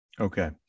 Okay